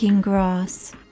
grass